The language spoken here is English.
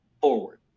forward